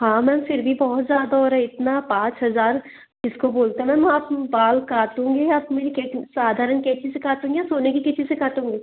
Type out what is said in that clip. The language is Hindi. हाँ मैम फिर भी बहुत ज़्यादा हो रहा इतना पाँच हज़ार इसको बोलते है मैम आप बाल काटोगे या आप मेरी साधारण कैंची से काट रहीं या सोने की कैंची से कटोंगे